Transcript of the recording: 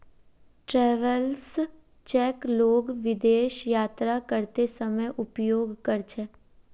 travellers cheque लोग विदेश यात्रा करते समय उपयोग कर छे